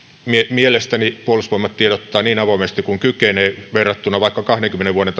mielestäni puolustusvoimat tiedottaa niin avoimesti kuin kykenee verrattuna vaikka kahdenkymmenen vuoden